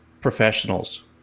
professionals